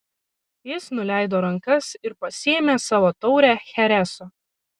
jis nuleido rankas ir pasiėmė savo taurę chereso